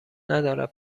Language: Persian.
ندارد